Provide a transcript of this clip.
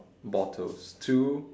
bottles two